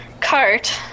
cart